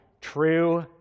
true